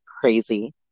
crazy